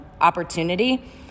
opportunity